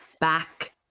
back